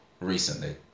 recently